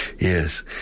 Yes